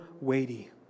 weighty